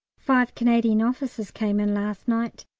five canadian officers came in last night.